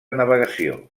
navegació